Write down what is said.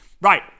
Right